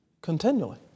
continually